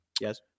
Yes